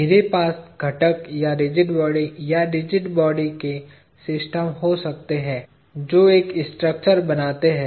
मेरे पास घटक या रिजिड बॉडी या रिजिड बॉडी के सिस्टम्स हो सकते हैं जो एक स्ट्रक्चर बनाते हैं